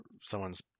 someone's